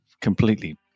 completely